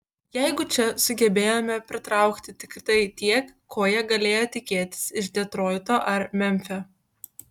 jeigu čia sugebėjome pritraukti tiktai tiek ko jie galėjo tikėtis iš detroito ar memfio